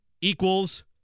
equals